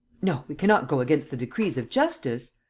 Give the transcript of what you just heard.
no, we cannot go against the decrees of justice.